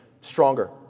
stronger